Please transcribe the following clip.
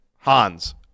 Hans